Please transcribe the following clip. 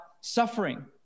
suffering